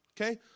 okay